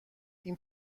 این